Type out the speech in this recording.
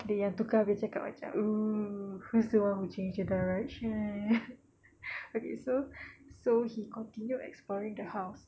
ya tu kau boleh cakap macam oo who's the one who change the direction okay so so he continued exploring the house